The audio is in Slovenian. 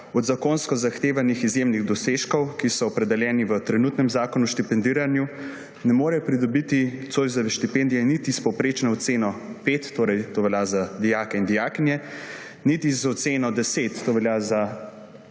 od zakonsko zahtevanih izjemnih dosežkov, ki so opredeljeni v trenutnem Zakonu o štipendiranju, ne morejo pridobiti Zoisove štipendije niti s povprečno oceno pet, to velja za dijake in dijakinje, niti z oceno 10, to velja za